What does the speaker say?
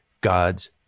God's